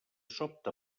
sobte